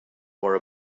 wore